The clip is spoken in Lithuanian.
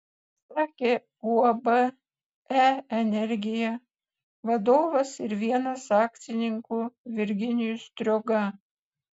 sakė uab e energija vadovas ir vienas akcininkų virginijus strioga